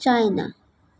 China